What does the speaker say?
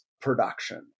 production